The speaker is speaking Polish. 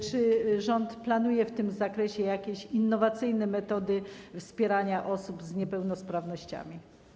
Czy rząd planuje w tym zakresie jakieś innowacyjne metody wspierania osób z niepełnosprawnościami?